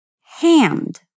Hand